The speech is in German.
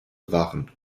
waren